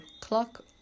clock